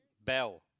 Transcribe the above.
Bell